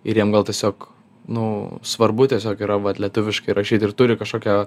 ir jiem gal tiesiog nu svarbu tiesiog yra vat lietuviškai rašyt ir turi kažkokią